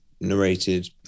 narrated